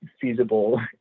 feasible